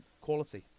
quality